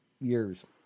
years